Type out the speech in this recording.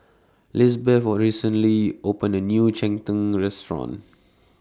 Lisbeth recently opened A New Cheng Tng Restaurant